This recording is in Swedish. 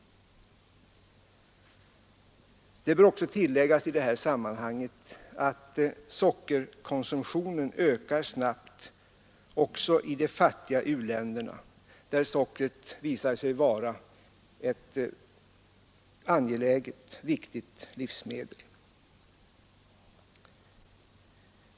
Det bör också tilläggas i det här sammanhanget att sockerkonsumtionen ökar snabbt, även i de fattiga u-länderna, där sockret visat sig vara ett viktigt livsmedel.